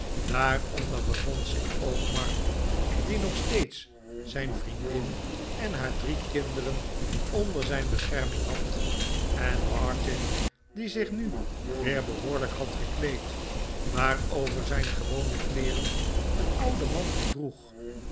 daaronder bevond zich ook mark die nog steeds zijn vriendin en haar drie kinderen onder zijn bescherming had en martin die zieh nu weer behoorlijk had gekleed maar over zijn gewone kleeren een ouden mantel droeg